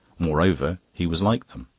moreover, he was like them.